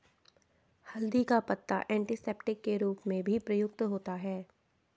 हल्दी का पत्ता एंटीसेप्टिक के रूप में भी प्रयुक्त होता है